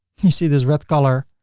you see this red color,